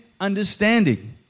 understanding